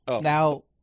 Now